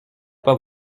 pas